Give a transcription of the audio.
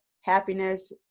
happiness